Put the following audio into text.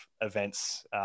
events